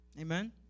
Amen